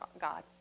God